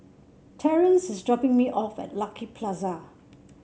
Terrence is dropping me off at Lucky Plaza